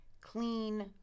clean